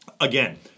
again